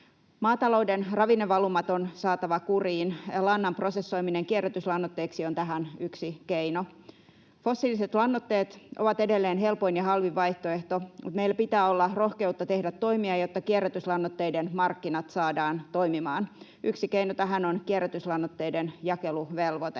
Maatalouden ravinnevalumat on saatava kuriin. Lannan prosessoiminen kierrätyslannoitteeksi on tähän yksi keino. Fossiiliset lannoitteet ovat edelleen helpoin ja halvin vaihtoehto, mutta meillä pitää olla rohkeutta tehdä toimia, jotta kierrätyslannoitteiden markkinat saadaan toimimaan. Yksi keino tähän on kierrätyslannoitteiden jakeluvelvoite.